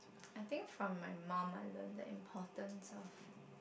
I think from my mum I learn the importance of